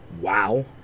wow